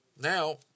Now